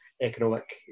economic